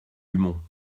dumont